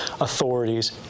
authorities